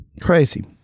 crazy